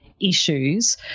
issues